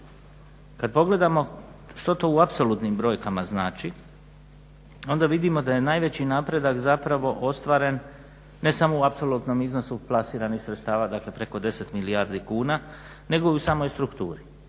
Kad pogledamo što to u apsolutnim brojkama znači onda vidimo da je najveći napredak zapravo ostvaren ne samo u apsolutnom iznosu plasiranih sredstava dakle preko 10 milijardi kuna nego u samoj strukturi.